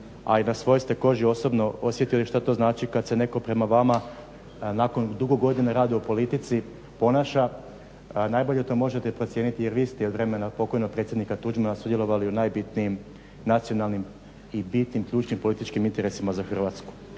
a i na svojoj ste koži osobno osjetili šta to znači kad se netko prema vama nakon dugo godina rada u politici ponaša, najbolje to možete procijeniti jer vi ste i od vremena pokojnog predsjednika Tuđmana sudjelovali u najbitnijim nacionalnim i bitnim ključnim političkim interesima za Hrvatsku.